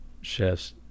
chefs